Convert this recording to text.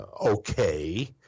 okay